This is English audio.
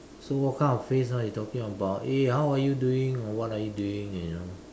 so what kind of phrase are you talking about hey how are you doing or what are you doing you know